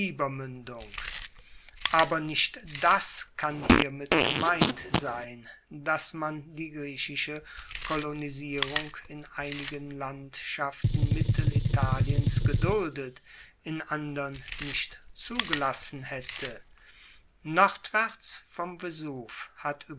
aber nicht das kann hiermit gemeint sein dass man die griechische kolonisierung in einigen landschaften mittelitaliens geduldet in andern nicht zugelassen haette nordwaerts vom vesuv hat